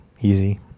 easy